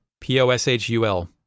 P-O-S-H-U-L